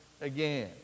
again